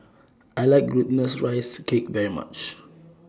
I like Glutinous Rice Cake very much